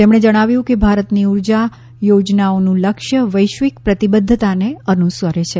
તેમણે જણાવ્યું કે ભારતની ઊર્જા યોજનાઓનું લક્ય્ન વૈશ્વિક પ્રતિબધ્ધતાને અનુસરે છે